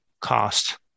cost